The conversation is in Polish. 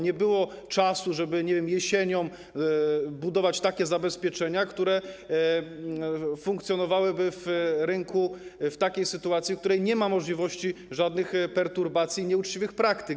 Nie było czasu, żeby - nie wiem - jesienią budować takie zabezpieczenia, które funkcjonowałyby na rynku w sytuacji, w której nie ma możliwości żadnych perturbacji, nieuczciwych praktyk.